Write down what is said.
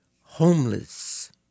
homeless